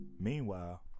Meanwhile